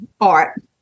art